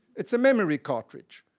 it's a memory cartridge,